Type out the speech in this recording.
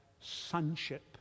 sonship